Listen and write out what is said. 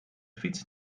fiets